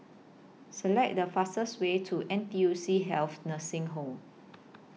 Select The fastest Way to N T U C Health Nursing Home